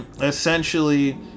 Essentially